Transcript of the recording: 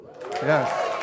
Yes